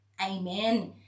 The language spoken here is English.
Amen